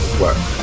work